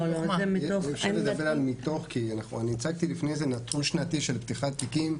אי אפשר לדבר על מתוך כי אני הצגתי לפני זה נתון שנתי של פתיחת תיקים,